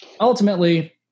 ultimately